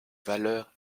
valeur